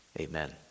amen